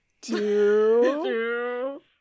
two